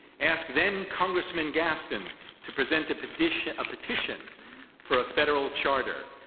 asked then-congressman gaston to present a petition a petition for a federal charter,